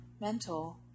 mental